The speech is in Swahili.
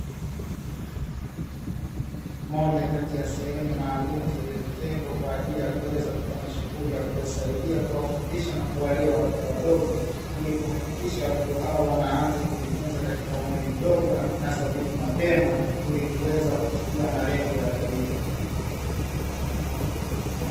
Moja kati ya sehemu maalum zilizotengwa kwa ajili ya kuweza kufanya shughuli ya kuwasaidia kuwafundisha, na kuwalea watoto wadogo, ili kuhakikisha watoto hao wanaanza kujifunza katika umri mdogo na kunasa vitu mapema, ili kuweza kufikia malengo ya taifa.